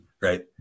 right